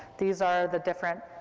these are the different,